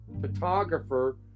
photographer